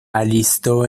alistó